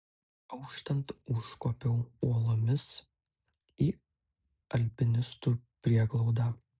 auštant užkopiau uolomis į alpinistų prieglaudą